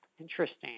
Interesting